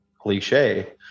cliche